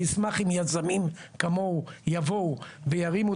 אני אשמח אם יזמים כמוהו יבואו וירימו